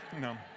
No